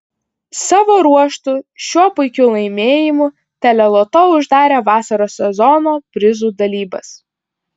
savo ruožtu šiuo puikiu laimėjimu teleloto uždarė vasaros sezono prizų dalybas